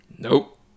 Nope